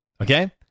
Okay